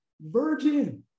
virgin